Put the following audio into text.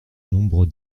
nombre